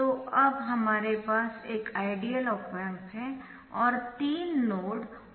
तो अब हमारे पास एक आइडियल ऑप एम्प है और तीन नोड 1 2 और 3 है